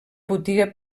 botiga